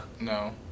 No